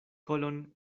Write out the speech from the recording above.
kolon